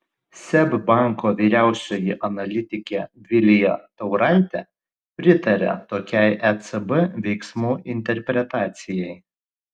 seb banko vyriausioji analitikė vilija tauraitė pritaria tokiai ecb veiksmų interpretacijai